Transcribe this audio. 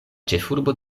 ĉefurbo